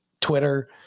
Twitter